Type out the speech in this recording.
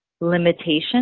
limitation